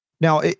Now